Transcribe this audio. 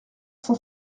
cent